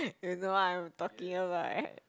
it's the one I'm talking about right